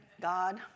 God